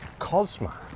Cosma